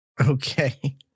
Okay